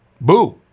boo